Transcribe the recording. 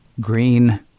Green